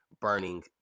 burning